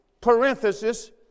parenthesis